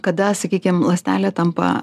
kada sakykim ląstelė tampa